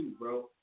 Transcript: bro